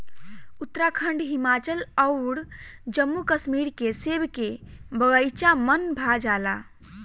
उत्तराखंड, हिमाचल अउर जम्मू कश्मीर के सेब के बगाइचा मन भा जाला